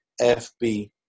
FB